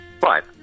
Right